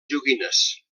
joguines